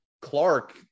Clark